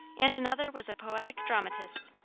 and another was a poetic dramatist.